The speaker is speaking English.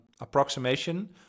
approximation